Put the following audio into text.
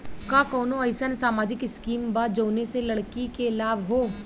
का कौनौ अईसन सामाजिक स्किम बा जौने से लड़की के लाभ हो?